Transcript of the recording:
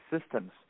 systems